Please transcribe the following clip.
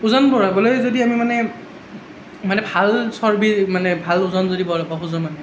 ওজন বঢ়াবলৈ যদি আমি মানে মানে ভাল চৰ্বিৰ মানে ভাল ওজন যদি বঢ়াব খোজোঁ মানে